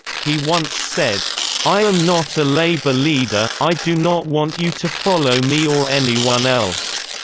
he once said i am not a labor leader i do not want you to follow me or anyone else.